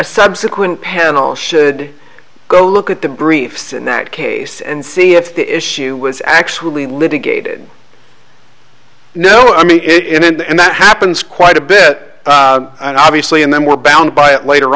subsequent panel should go look at the briefs in that case and see if the issue was actually litigated no i mean it and that happens quite a bit obviously and then we're bound by it later